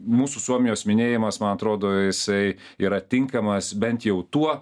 mūsų suomijos minėjimas man atrodo jisai yra tinkamas bent jau tuo